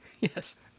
Yes